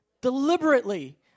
Deliberately